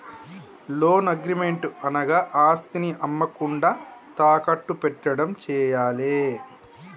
loan agreement అనగా ఆస్తిని అమ్మకుండా తాకట్టు పెట్టడం చేయాలే